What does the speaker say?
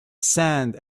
sand